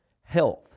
health